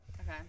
okay